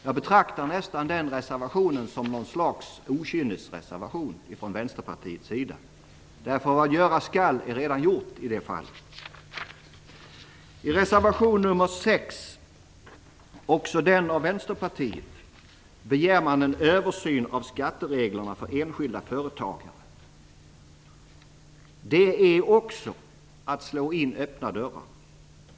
Jag betraktar nästan den reservationen som något slags okynnesreservation från Vänsterpartiets sida. Vad göras skall är redan gjort i det fallet. I reservation nr 6, också den av Vänsterpartiet, begärs en översyn av skattereglerna för enskilda företagare. Också det är att slå in öppna dörrar.